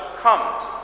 comes